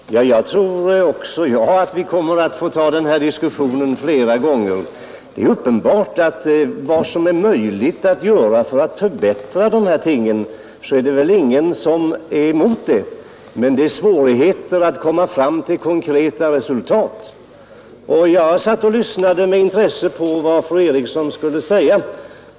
Herr talman! Jag tror också att vi kommer att få ta denna diskussion flera gånger. Det är uppenbart att ingen är emot att man gör vad som är möjligt att göra för att förbättra dessa ting. Men det är svårt att komma fram till konkreta resultat. Jag satt och lyssnade med intresse till vad fru Eriksson skulle säga.